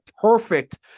perfect